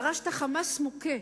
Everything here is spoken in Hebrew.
ירשת "חמאס" מוכה,